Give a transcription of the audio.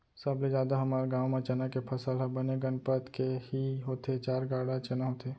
सबले जादा हमर गांव म चना के फसल ह बने गनपत के ही होथे चार गाड़ा चना होथे